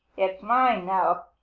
it's mine now,